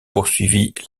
poursuivit